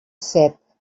set